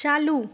चालू